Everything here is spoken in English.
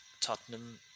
Tottenham